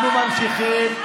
אנחנו ממשיכים.